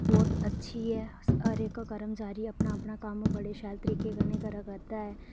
बहुत अच्छी ऐ हर इक कर्मचारी अपना अपना कम्म बड़े शैल तरीके कन्नै करा करदा ऐ